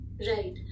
Right